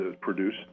produce